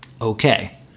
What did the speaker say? Okay